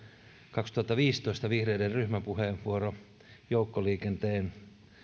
kaksituhattaviisitoista vihreiden ryhmäpuheenvuoro joukkoliikenteen